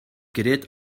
gerät